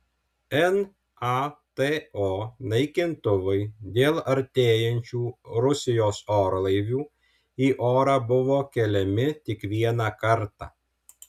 nato naikintuvai dėl artėjančių rusijos orlaivių į orą buvo keliami tik vieną kartą